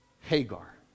Hagar